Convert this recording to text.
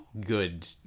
good